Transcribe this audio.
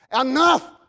enough